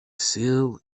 sill